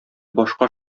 башка